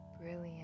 brilliant